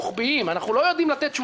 אורי מקלב (יו"ר ועדת המדע והטכנולוגיה): זו לא הסעת תלמידים